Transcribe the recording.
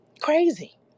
crazy